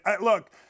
look –